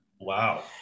Wow